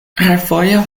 refoje